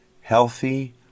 healthy